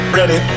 ready